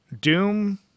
Doom